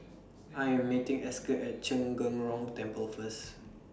I Am meeting Esker At Zhen Gen Rong Temple First